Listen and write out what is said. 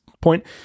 point